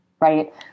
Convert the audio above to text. right